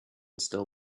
still